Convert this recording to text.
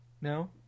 No